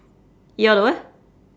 eat all the wha~